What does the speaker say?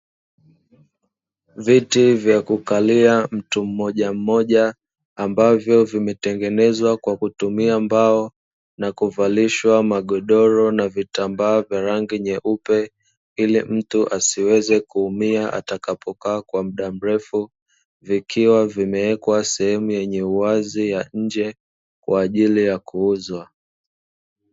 Viti vya kukalia mtu mmojammoja, ambavyo vimetengenezwa kwa kutumia mbao, na kuvalishwa magodoro na vitambaa vya rangi nyeupe, ili mtu asiweze kuumia atakapokaa kwa muda mrefu, vikiwa vimewekwa sehemu yenye uwazi ya nje kwa ajili ya kuuzwa.